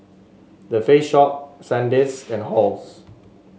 The Face Shop Sandisk and Halls